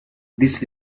this